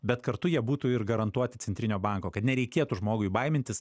bet kartu jie būtų ir garantuoti centrinio banko kad nereikėtų žmogui baimintis